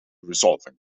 resolving